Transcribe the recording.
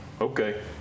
Okay